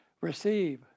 receive